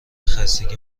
خستگی